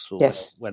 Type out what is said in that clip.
Yes